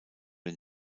den